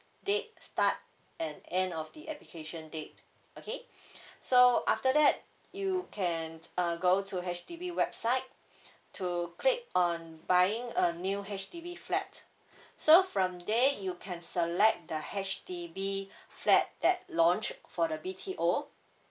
date start and end of the application date okay so after that you can uh go to H_D_B website to click on buying a new H_D_B flat so from there you can select the H_D_B flat that launch for the B_T_O